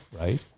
right